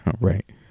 Right